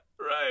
Right